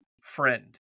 friend